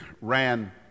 ran